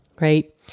right